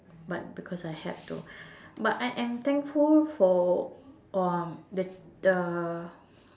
but because I have to but I am thankful for um the the